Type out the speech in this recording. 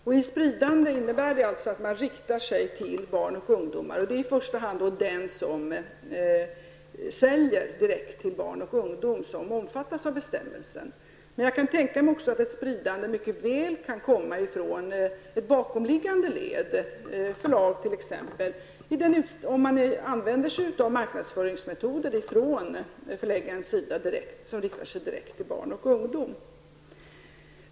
I detta spridande ingår att man riktar sig till barn och ungdomar. Det är i första hand de som säljer till barn och ungdom som omfattas av bestämmelsen. Men jag kan också tänka mig att ett spridande mycket väl kan komma från ett bakomliggande led, t.ex. ett förlag, om förläggaren använder sig av marknadsföringsmetoder som riktar sig direkt till barn och ungdom.